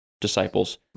disciples